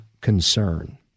concern